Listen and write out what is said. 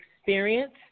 Experience